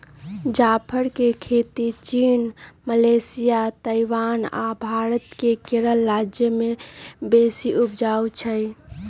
जाफर के खेती चीन, मलेशिया, ताइवान आ भारत मे केरल राज्य में बेशी उपजै छइ